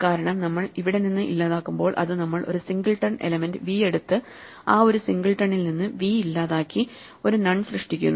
കാരണം നമ്മൾ ഇവിടെ നിന്ന് ഇല്ലാതാക്കുമ്പോൾ അത് നമ്മൾ ഒരു സിംഗിൾട്ടൺ എലെമെന്റ് v എടുത്ത് ആ ഒരു സിംഗിൾട്ടണിൽ നിന്ന് v ഇല്ലാതാക്കി ഒരു നൺ സൃഷ്ടിക്കുന്നു